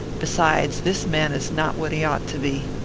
besides, this man is not what he ought to be.